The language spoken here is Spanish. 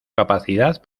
capacidad